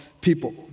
people